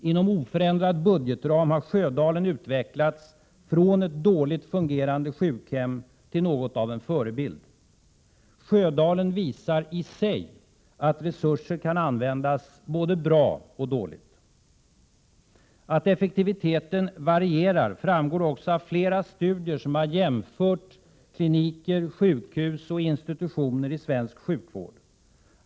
Inom oförändrad budgetram har Sjödalen utvecklats från ett dåligt fungerande sjukhem till något av en förebild. Sjödalen visar i sig att resurser kan användas både bra och dåligt. Att effektiviteten varierar framgår också av flera studier som har jämfört olika kliniker, sjukhus och institutioner i svensk sjukvård.